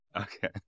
Okay